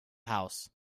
house